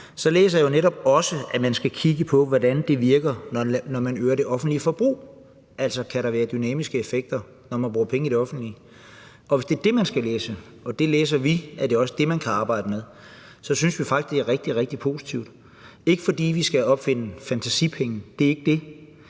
læser jeg jo netop også, at man skal kigge på, hvordan det virker, når man øger det offentlige forbrug. Altså, kan der være dynamiske effekter, når man bruger penge i det offentlige? Hvis det er sådan, man skal læse det – og det gør vi – er det også det, man kan arbejde med. Og så synes vi faktisk, at det er rigtig, rigtig positivt. Det er ikke, fordi vi skal opfinde fantasipenge, det er ikke det,